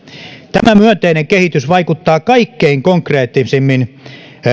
tämä myönteinen kehitys vaikuttaa kaikkein konkreettisimmin